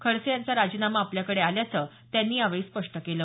खडसे यांचा राजीनामा आपल्याकडे आल्याचं त्यांनी यावेळी स्पष्ट केलं